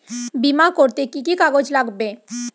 বিমা করতে কি কি কাগজ লাগবে?